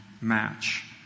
match